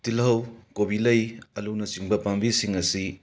ꯇꯤꯜꯍꯧ ꯀꯣꯕꯤ ꯂꯩ ꯑꯂꯨꯅꯆꯤꯡꯕ ꯄꯥꯝꯕꯤꯁꯤꯡ ꯑꯁꯤ